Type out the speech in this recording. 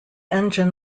engine